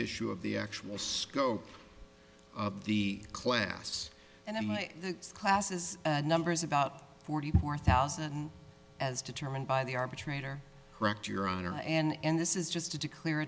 issue of the actual scope of the class and the classes numbers about forty four thousand as determined by the arbitrator correct your honor and this is just a declar